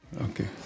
Okay